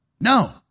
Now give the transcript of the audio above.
No